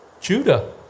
Judah